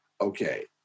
okay